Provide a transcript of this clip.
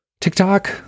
TikTok